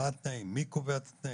מה התנאים, מי קובע את התנאים.